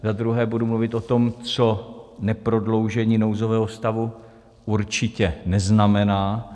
Za druhé budu mluvit o tom, co neprodloužení nouzového stavu určitě neznamená.